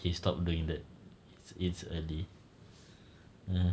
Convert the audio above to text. okay stop doing that it's early ah